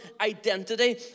identity